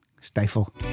Stifle